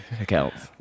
accounts